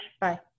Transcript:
Bye